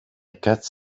catch